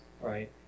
right